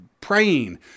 praying